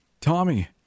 Tommy